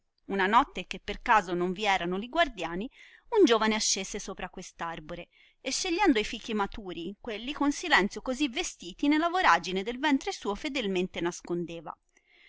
una notte che per caso non vi erano li guardiani un giovane ascese sopra quest arbore e scegliendo i fichi maturi quelli con silenzio così vestiti nella voragine del ventre suo fedelmente nascondeva